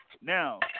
Now